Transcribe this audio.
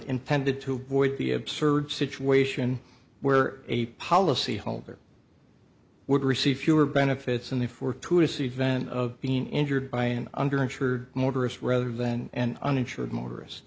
intended to void the absurd situation where a policy holder were greasy fewer benefits in the for tourists event of being injured by an under insured motorist rather than an uninsured motorist